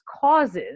causes